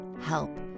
help